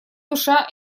душа